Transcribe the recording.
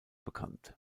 bekannt